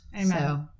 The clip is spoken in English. Amen